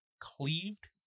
cleaved